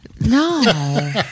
No